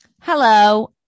hello